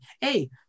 hey